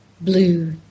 blue